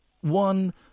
one